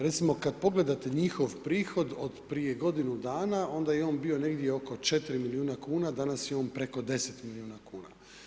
Recimo kad pogledate njihov prihod od prije godinu dana, onda je on bio negdje oko 4 milijuna kuna, danas je on preko 10 milijuna kuna.